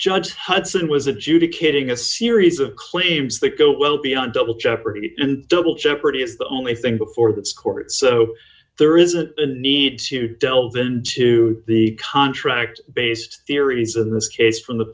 judge hudson was adjudicating a series of claims that go well beyond double jeopardy and double jeopardy is the only thing before this court so there isn't a need to delve into the contract based theories in this case from